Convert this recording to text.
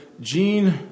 Jean